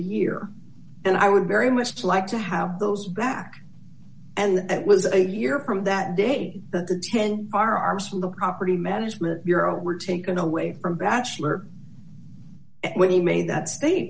year and i would very much like to have those back and that was a year from that day that the ten our arms from the property management bureau were taken away from batchelor when he made that state